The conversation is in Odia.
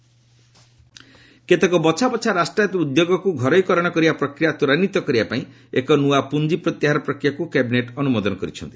ରାଷ୍ଟାୟତ୍ତ ଉଦ୍ୟୋଗ କେତେକ ବଛା ବଛା ରାଷ୍ଟ୍ରାୟତ୍ତ ଉଦ୍ୟୋଗକୁ ଘରୋଇକରଣ କରିବା ପ୍ରକ୍ରିୟା ତ୍ୱରାନ୍ୱିତ କରିବା ପାଇଁ ଏକ ନୂଆ ପୁଞ୍ଜି ପ୍ରତ୍ୟାହାର ପ୍ରକିୟାକୁ କ୍ୟାବିନେଟ ଅନୁମୋଦନ କରିଛନ୍ତି